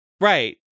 Right